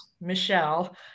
Michelle